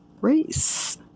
race